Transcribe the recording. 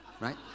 right